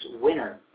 winner